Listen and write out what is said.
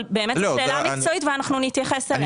אבל זו באמת שאלה מקצועית ואנחנו נתייחס אליה.